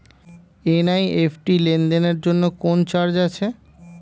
NEFT লেনদেনের জন্য কোন চার্জ আছে?